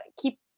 keep